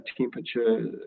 temperature